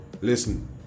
listen